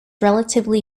relatively